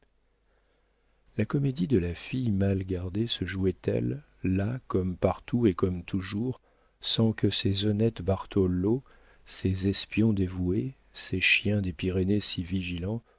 la comédie de la fille mal gardée se jouait elle là comme partout et comme toujours sans que ces honnêtes bartholo ces espions dévoués ces chiens des pyrénées si vigilants